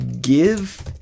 give